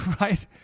right